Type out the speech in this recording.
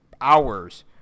hours